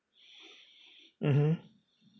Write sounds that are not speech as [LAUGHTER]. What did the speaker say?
[BREATH] mmhmm